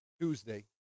Tuesday